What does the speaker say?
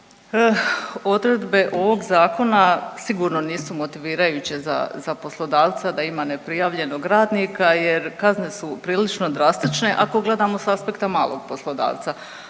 Odredbe ovog zakona sigurno nisu motivirajuće za poslodavca da ima neprijavljenog radnika jer kazne su prilično drastične ako gledamo s aspekta malog poslodavca,